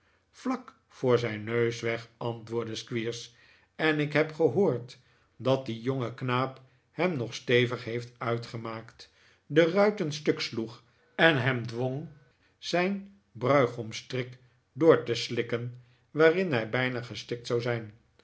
vlak voor zijn neus weg antwoordde squeers en ik heb gehoord dat die jonge knaap hem nog stevig heeft uitgemaakt de ruiten stuksloeg en hem dwong zijn bruigomsstrik door te slikken waarin hij bijna gestikt zou zijn